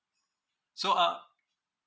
so uh